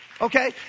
Okay